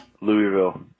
Louisville